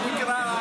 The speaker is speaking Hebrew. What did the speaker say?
זה לא, תקרא.